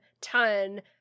ton